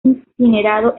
incinerado